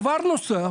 דבר נוסף,